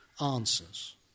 answers